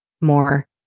more